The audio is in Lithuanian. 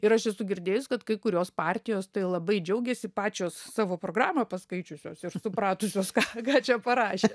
ir aš esu girdėjus kad kai kurios partijos tai labai džiaugėsi pačios savo programą paskaičiusios ir supratusios ką ką čia parašė